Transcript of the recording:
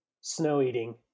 snow-eating